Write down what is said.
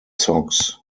socks